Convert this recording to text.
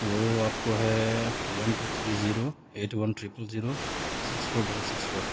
وہ آپ کو ہے one two three zero eight one triple zero six four double six four